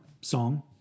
song